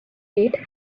rate